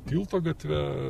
tilto gatve